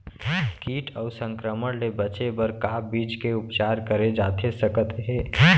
किट अऊ संक्रमण ले बचे बर का बीज के उपचार करे जाथे सकत हे?